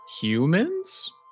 humans